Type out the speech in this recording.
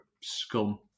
scum